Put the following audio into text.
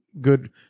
good